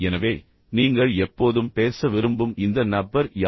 எனவே நீங்கள் எப்போதும் பேச விரும்பும் இந்த நபர் யார்